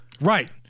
Right